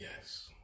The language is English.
Yes